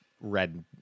red